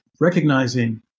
recognizing